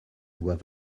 doivent